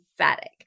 emphatic